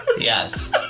Yes